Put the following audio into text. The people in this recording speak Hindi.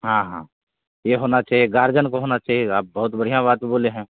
हाँ हाँ यह होना चाहिए गार्जियन को होना चाहिए आप बहुत बढ़ियाँ बात बोले हैं